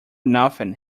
nothing